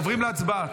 עוברים להצבעה,